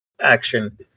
action